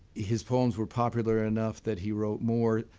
his poems were popular enough that he wrote more.